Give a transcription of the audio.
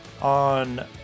on